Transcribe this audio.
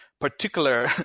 particular